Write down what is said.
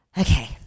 Okay